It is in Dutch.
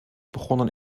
begonnen